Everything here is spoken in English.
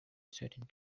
certain